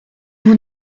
vous